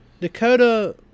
Dakota